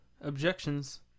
objections